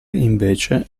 invece